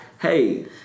hey